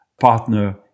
partner